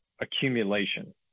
accumulation